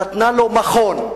נתנה לו מכון,